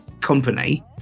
company